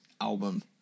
album